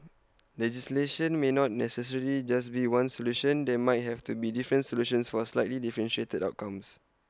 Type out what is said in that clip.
legislation may not necessarily just be one solution there might have to be different solutions for slightly differentiated outcomes